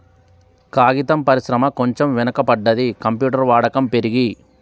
కాగితం పరిశ్రమ కొంచెం వెనక పడ్డది, కంప్యూటర్ వాడకం పెరిగి